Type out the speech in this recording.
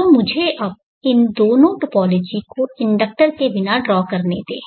तो मुझे इन दो टोपोलॉजी को इंडक्टर के बिना ड्रा करने दें